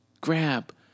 grab